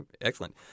Excellent